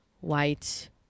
white